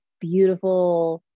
beautiful